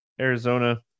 Arizona